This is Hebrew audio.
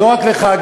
לא רק לך,